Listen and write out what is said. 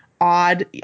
odd